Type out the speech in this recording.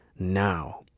Now